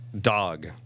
Dog